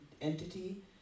entity